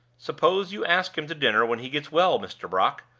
suppose you ask him to dinner when he gets well, mr. brock?